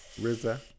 Rizza